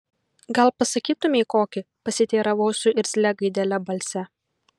gal pasakytumei kokį pasiteiravau su irzlia gaidele balse